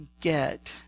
get